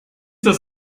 das